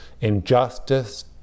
injustice